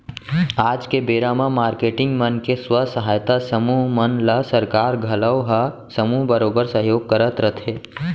आज के बेरा म मारकेटिंग मन के स्व सहायता समूह मन ल सरकार घलौ ह समूह बरोबर सहयोग करत रथे